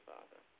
Father